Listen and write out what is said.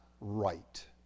right